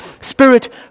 Spirit